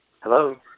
hello